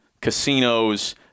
casinos